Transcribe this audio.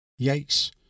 yikes